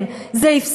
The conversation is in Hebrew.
כן, זה נפסק.